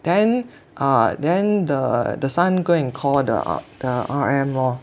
then err then the the son go and call the err the R_M lor